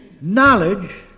knowledge